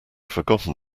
forgotten